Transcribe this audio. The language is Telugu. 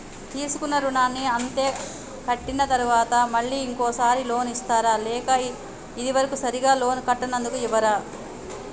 తీసుకున్న రుణాన్ని అత్తే కట్టిన తరువాత మళ్ళా ఇంకో సారి లోన్ ఇస్తారా లేక ఇది వరకు సరిగ్గా లోన్ కట్టనందుకు ఇవ్వరా?